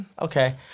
Okay